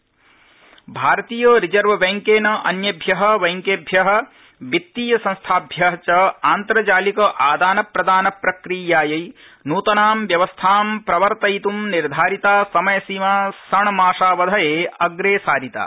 रिजर्वबैंकम् नृतनव्यवस्था भारतीय रिजर्व बैंकेन अन्येभ्य बैंकेभ्य वित्तीय संस्थाभ्य च आन्तर्जालिक आदान प्रदान प्रक्रियायै नूतनां व्यवस्थां प्रवर्तयित् निर्धारिता समयसीमा षण्मासावधये अप्रेसारिता